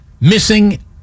missing